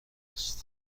است